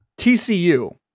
TCU